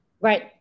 Right